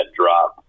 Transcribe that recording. drop